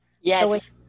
yes